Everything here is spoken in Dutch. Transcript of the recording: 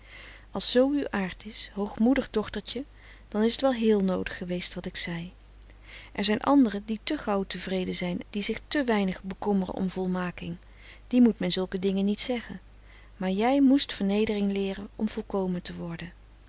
als z uw aard is hoogmoedig dochtertje dan is t wel heel noodig geweest wat ik zei er zijn anderen die te gauw tevreden zijn en zich te weinig bekommeren om volmaking die moet men zulke dingen niet zeggen maar jij moest vernedering leeren om volkomen te worden